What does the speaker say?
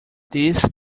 this